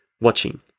watching